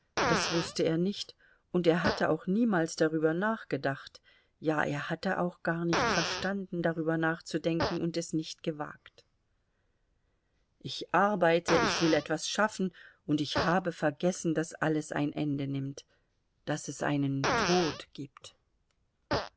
das wußte er nicht und er hatte auch niemals darüber nachgedacht ja er hatte auch gar nicht verstanden darüber nachzudenken und es nicht gewagt ich arbeite ich will etwas schaffen und ich habe vergessen daß alles ein ende nimmt daß es einen tod gibt